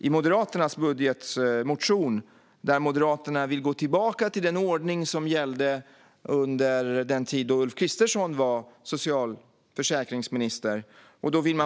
I Moderaternas budgetmotion vill Moderaterna gå tillbaka till den ordning som gällde under den tid då Ulf Kristersson var socialförsäkringsminister.